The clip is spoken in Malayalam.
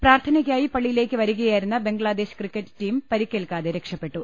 പ്രാർത്ഥനക്കായി പള്ളിയിലേക്ക് വരികയായിരുന്ന ബംഗ്ലാദേശ് ക്രിക്കറ്റ് ടീം പരിക്കേൽക്കാതെ രക്ഷപ്പെട്ടു